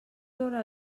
veure